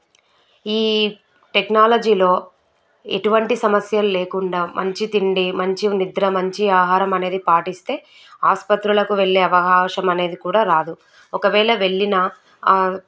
ఈ టెక్నాలజీలో ఎటువంటి సమస్యల్లేకుండా మంచి తిండి మంచి నిద్ర మంచి ఆహారం అనేది పాటిస్తే ఆసుపత్రులకు వెళ్ళే అవకాశము అనేది కూడా రాదు ఒకవేళ వెళ్ళినా